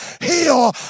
heal